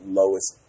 lowest